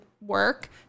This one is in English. work